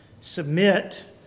submit